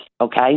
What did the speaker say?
okay